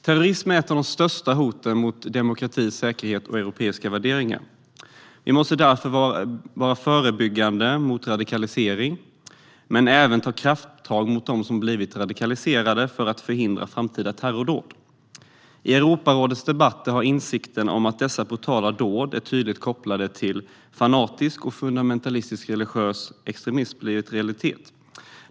Terrorism är ett av de största hoten mot demokrati, säkerhet och europeiska värderingar. Vi måste därför arbeta förebyggande mot radikalisering men även ta krafttag mot dem som blivit radikaliserade, för att förhindra framtida terrordåd. I Europarådets debatter har insikten om att dessa brutala dåd är tydligt kopplade till fanatisk och fundamentalistisk religiös extremism blivit realitet.